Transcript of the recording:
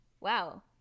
Wow